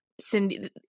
Cindy